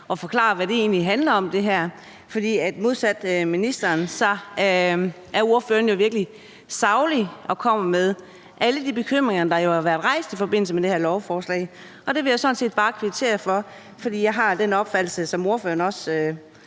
han forklarer, hvad det her egentlig handler om. For modsat ministeren er ordføreren jo virkelig saglig og kommer med alle de bekymringer, der jo har været rejst i forbindelse med det her lovforslag. Det vil jeg sådan set bare kvittere for, for jeg har den opfattelse, som ordføreren også